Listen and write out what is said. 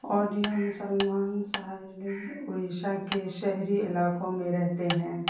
اوڑیا مسلمان ساحلی اڑیشہ کے شہری علاقوں میں رہتے ہیں